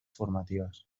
formatives